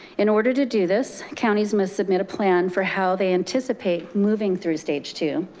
in order to do this, counties must submit a plan for how they anticipate moving through stage two,